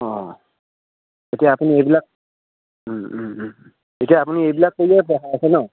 অঁ এতিয়া আপুনি এইবিলাক এতিয়া আপুনি এইবিলাক কৰিয়ে পঢ়াই আছে নহ্